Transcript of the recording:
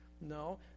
No